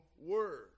word